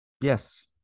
Yes